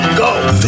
go